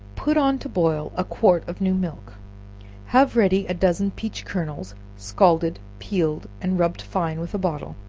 put on to boil a quart of new milk have ready a dozen peach kernels, scalded, peeled, and rubbed fine with a bottle,